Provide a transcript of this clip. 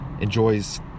enjoys